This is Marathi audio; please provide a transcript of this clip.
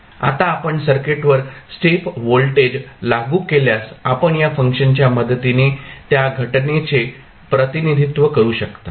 आता आपण सर्किटवर स्टेप व्होल्टेज लागू केल्यास आपण या फंक्शनच्या मदतीने त्या घटनेचे प्रतिनिधित्व करू शकता